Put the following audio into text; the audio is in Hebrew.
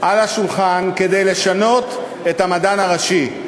על השולחן כדי לשנות את המדען הראשי,